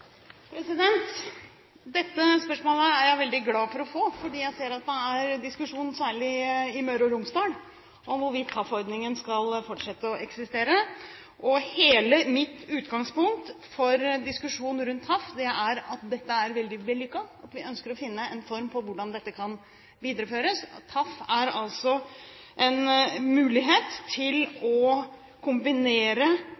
Dette spørsmålet er jeg veldig glad for å få, fordi jeg ser at det er en diskusjon, særlig i Møre og Romsdal, om hvorvidt TAF-ordningen skal fortsette å eksistere. Hele mitt utgangspunkt når det gjelder diskusjonen rundt TAF, er at dette er veldig vellykket, og at vi ønsker å finne en form på hvordan dette kan videreføres. TAF er altså en mulighet til